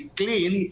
clean